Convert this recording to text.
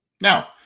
now